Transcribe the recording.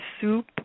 soup